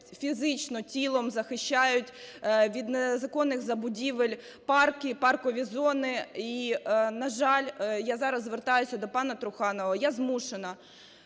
фізично тілом захищають від незаконних забудівель парки, паркові зони. І, на жаль, я зараз звертаюся до пана Труханова, я змушена